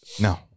No